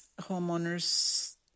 homeowner's